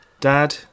Dad